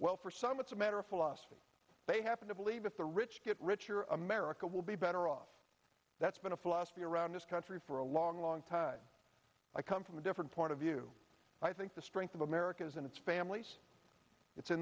well for some it's a matter of philosophy they happen to believe that the rich get richer america will be better off that's been a philosophy around this country for a long long time i come from a different point of view i think the strength of america is in its families it's in